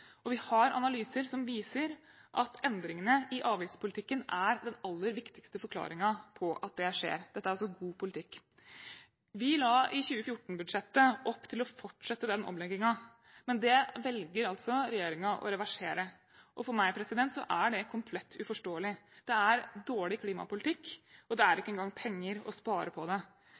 og vi har analyser som viser at endringene i avgiftspolitikken er den aller viktigste forklaringen på at det skjer. Dette er altså god politikk. Vi la i 2014-budsjett opp til å fortsette den omleggingen, men det velger altså regjeringen å reversere. For meg er det komplett uforståelig. Det er dårlig klimapolitikk, og det er ikke engang penger å spare på det.